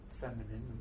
feminine